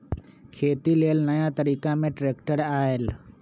खेती लेल नया तरिका में ट्रैक्टर आयल